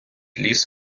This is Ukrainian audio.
ліс